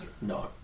No